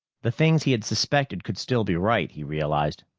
the things he had suspected could still be right, he realized.